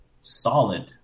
solid